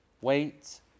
wait